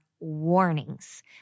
warnings